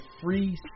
free